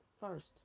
first